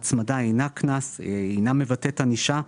ההצמדה אינה קנס, אינה מבטאת ענישה,